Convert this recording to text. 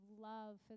love